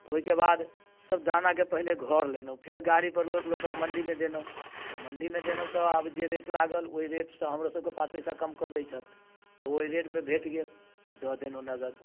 ओइके बाद सब दानाके पहिले घर लेलहुँ फेर गाड़ीपर लोड कऽके मण्डीमे देलहुँ तऽ मण्डीमे देलहुँ तऽ जे रेट लागल ओइ रेटसँ हमरो सबके पाँच पैसा कम दै छथि तऽ ओइ रेटमे भेट गेल दऽ देलहुँ नगद